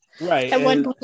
Right